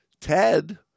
Ted